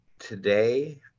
Today